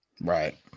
Right